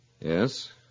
Yes